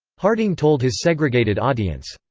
harding told his segregated audience,